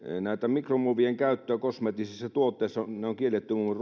mikromuovien käyttö kosmeettisissa tuotteissa on jo kielletty muun